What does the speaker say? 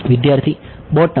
વિદ્યાર્થી બોટમ